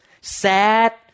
sad